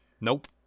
Nope